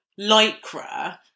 lycra